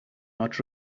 not